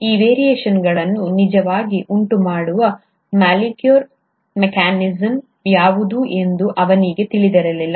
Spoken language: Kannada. ಈ ವೇರಿಯೇಷನ್ಗಳನ್ನು ನಿಜವಾಗಿ ಉಂಟುಮಾಡುವ ಮಾಲಿಕ್ಯೂಲರ್ ಮೆಕ್ಯಾನಿಸಮ್ ಯಾವುದು ಎಂದು ಅವನಿಗೆ ತಿಳಿದಿರಲಿಲ್ಲ